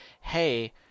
hey